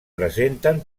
presenten